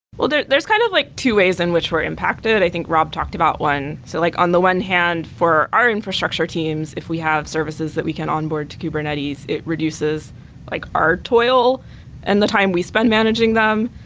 well, there's there's kind of like two ways in which we're impacted. i think rob talked about one. so like on the one hand, for our infrastructure teams, if we have services that we can onboard to kubernetes, it reduces like our toil and the time we spend managing them.